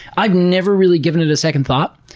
i've never really given it a second thought.